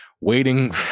waiting